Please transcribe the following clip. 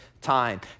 time